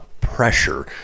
pressure